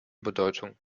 bedeutung